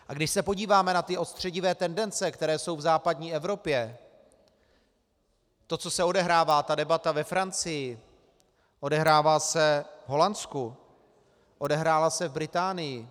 A když se podíváme na ty odstředivé tendence, které jsou v západní Evropě, to, co se odehrává, ta debata ve Francii, odehrává se v Holandsku, odehrála se v Británii.